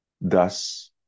Thus